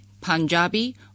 Punjabi